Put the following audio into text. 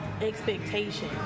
expectation